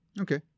Okay